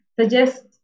suggest